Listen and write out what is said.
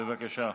בצלאל,